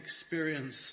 experience